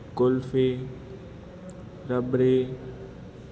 kulfi rabri